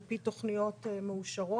על פי תכניות מאושרות,